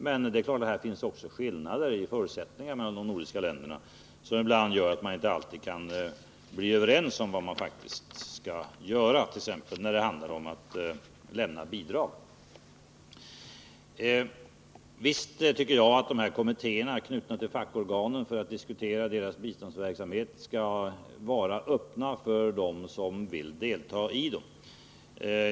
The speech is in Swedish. Men det finns naturligtvis också skillnader i förutsättningar mellan de nordiska länderna som gör att man inte alltid kan bli överens om vad man faktiskt skall göra, t.ex. när det handlar om att lämna bidrag. Visst tycker jag att de här kommittéerna, knutna till fackorganen för att diskutera deras biståndsverksamhet, skall vara öppna för dem som vill delta i deras verksamhet.